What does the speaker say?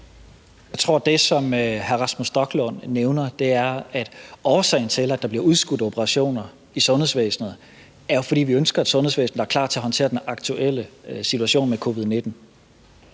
Jeg tror, at det, hr. Rasmus Stoklund nævner, er, at årsagen til, at der bliver udskudt operationer i sundhedsvæsenet, jo er, at vi ønsker, at sundhedsvæsenet skal være klar til at håndtere den aktuelle situation med covid-19.